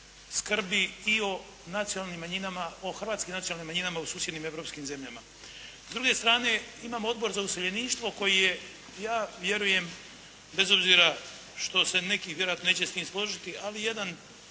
skrbi i o nacionalnim manjinama, o hrvatskim nacionalnim manjinama u susjednim europskim zemljama. S druge strane imamo Odbor za useljeništvo koji je ja vjerujem bez obzira što se neki vjerojatno neće s tim složiti, ali jedan